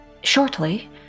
shortly